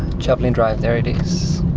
chaplin drive, there it is.